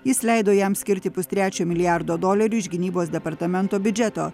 jis leido jam skirti pustrečio milijardo dolerių iš gynybos departamento biudžeto